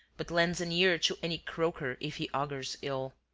but lends an ear to any croaker if he augurs ill.